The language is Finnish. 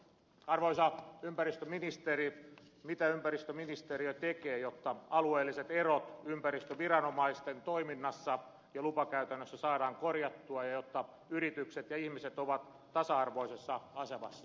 arvoisa ympäristöministeri mitä ympäristöministeriö tekee jotta alueelliset erot ympäristöviranomaisten toiminnassa ja lupakäytännössä saadaan korjattua ja jotta yritykset ja ihmiset ovat tasa arvoisessa asemassa suomessa